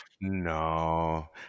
no